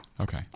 Okay